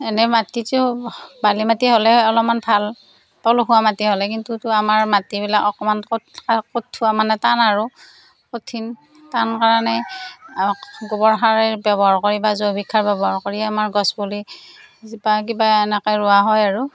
এনেই মাটিটো বালি মাটিয়া হ'লে অলপমান ভাল পলসুৱা মাটি হ'লে কিন্তুটো আমাৰ মাটিবিলাক অকণমান কঠোৱা মানে টান আৰু কঠিন টান কাৰণে গোবৰ সাৰেই ব্যৱহাৰ কৰি বা জৈৱিক সাৰ ব্যৱহাৰ কৰিয়ে আমাৰ গছপুলি কিবা এনেকেই ৰোৱা হয় আৰু